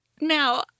Now